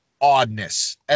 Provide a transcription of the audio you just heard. oddness